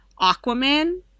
Aquaman